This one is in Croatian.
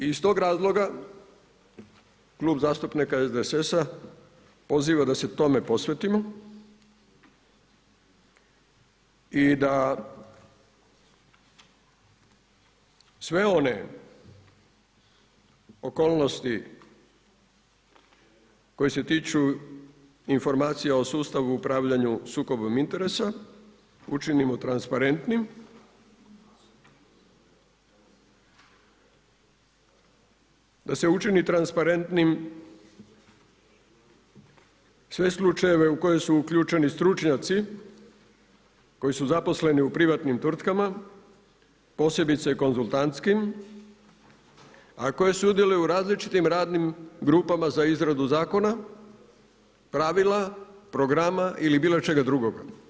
I iz tog razloga Klub zastupnika SDSS-a poziva da se tome posvetimo i da sve one okolnosti koje se tiču informacija o sustavu u upravljanju sukobom interesa učinimo transparentnim, da se učini transparentnim sve slučaje u koje su uključeni stručnjaci koji su zaposleni u privatnim tvrtkama, posebice konzultantskim, a koje sudjeluju u različitim radnim grupama za izradu zakona, pravila, programa ili bilo čega drugoga.